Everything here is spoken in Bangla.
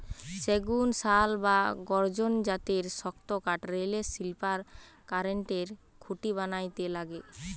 সেগুন, শাল বা গর্জন জাতের শক্তকাঠ রেলের স্লিপার, কারেন্টের খুঁটি বানাইতে লাগে